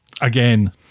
Again